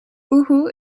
oehoe